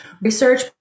research